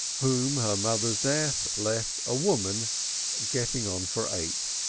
whom her mother's death left a woman getting on for eight.